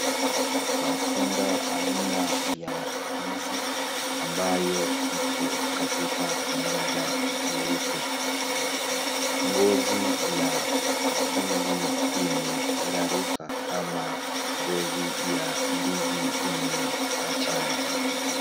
Matunda aina ya ndizi ambayo iko katika meza jeupe, ngozi ya ndizi imeraruka ama ngozi ya ndizi imeachana.